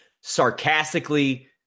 sarcastically